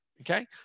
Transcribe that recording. okay